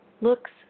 looks